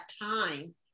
time